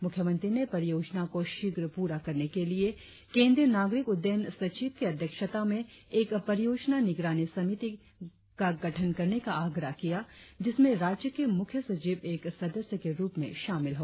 मुख्यमंत्री ने परियोजना को शीघ्र प्ररा करने के लिए केंद्रीय नागरिक उड़डयन सचिव की अध्यक्षता में एक परियोजना निगरानी समिति का गठन करने का आग्रह किया जिसमें राज्य के मुख्य सचिव एक सदस्य के रुप में शामिल हो